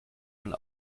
man